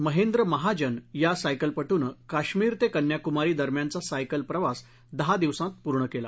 महेंद्र महाजन या सायकलपटूनं कश्मिर ते कन्याकुमारी दरम्यानचा सायकल प्रवास दहा दिवसात पूर्ण केला